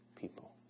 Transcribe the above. people